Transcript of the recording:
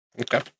Okay